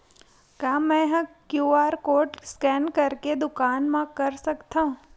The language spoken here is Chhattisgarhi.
का मैं ह क्यू.आर कोड स्कैन करके दुकान मा कर सकथव?